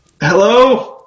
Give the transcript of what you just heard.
Hello